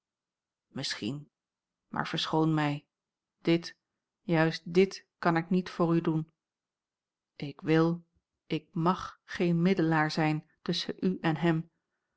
misschien maar verschoon mij dit juist dit kan ik niet voor u doen ik wil ik mag geen middelaar zijn tusschen u en hem